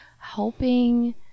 helping